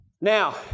Now